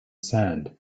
sand